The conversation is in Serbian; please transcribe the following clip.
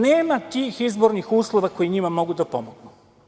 Nema tih izbornih uslova koji njima mogu da pomognu.